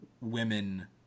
women